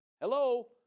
hello